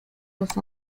los